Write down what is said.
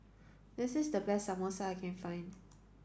this is the best Samosa that I can find